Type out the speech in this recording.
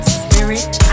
spirit